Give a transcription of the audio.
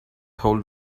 hold